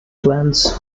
plans